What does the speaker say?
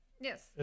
Yes